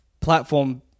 platform